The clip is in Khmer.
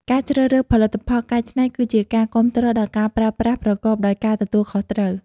ការជ្រើសរើសផលិតផលកែច្នៃគឺជាការគាំទ្រដល់ការប្រើប្រាស់ប្រកបដោយការទទួលខុសត្រូវ។